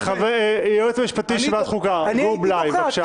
היועץ המשפטי של ועדת החוקה, גור בליי, בבקשה.